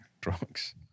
drugs